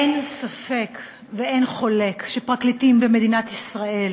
אין ספק ואין חולק שפרקליטים במדינת ישראל,